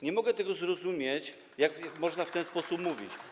Nie mogę tego zrozumieć, jak można w ten sposób mówić.